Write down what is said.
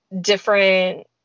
different